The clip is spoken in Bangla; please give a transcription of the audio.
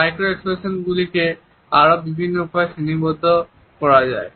মাইক্রো এক্সপ্রেশনস গুলিকে আরো বিভিন্ন উপায়ে শ্রেণীবদ্ধ করা যায়